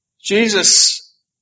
Jesus